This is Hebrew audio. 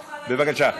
בבקשה.